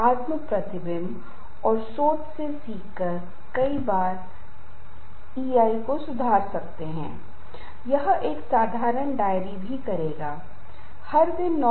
उदाहरण ब्रेक लें सैर करें या संगीत सुनें व्यायाम करें स्वस्थ खाएं मदद मांगें या माता पिता दोस्तों या परामर्शदाताओं के साथ बात करें ये तनाव को प्रबंधित करने के सरल तरीके हैं